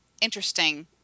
interesting